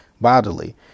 bodily